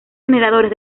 generadores